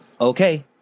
okay